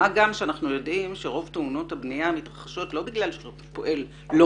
מה גם שאנחנו יודעים שרוב תאונות הבניה מתרחשות לא בגלל שהפועל לא